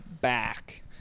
back